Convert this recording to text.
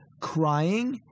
crying